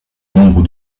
nombre